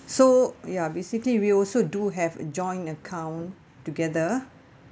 so ya basically we also do have joint account together